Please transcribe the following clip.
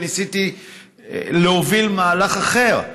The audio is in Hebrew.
וניסיתי להוביל מהלך אחר.